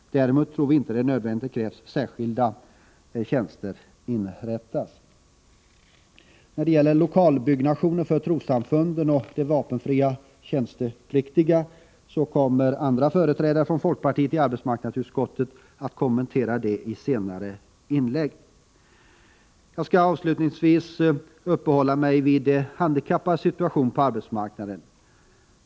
Därmed tror vi inte att det nödvändigtvis krävs att särskilda tjänster inrättas. Frågorna om lokalbyggnationer för trossamfunden och de vapenfria tjänstepliktiga kommer andra företrädare för folkpartiet i arbetsmarknadsutskottet att kommentera i inlägg senare under debatten. Jag skall avslutningsvis uppehålla mig vid de handikappades situation på arbetsmarknaden.